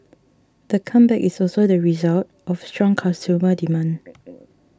the comeback is also the result of strong consumer demand